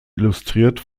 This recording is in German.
illustriert